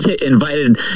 invited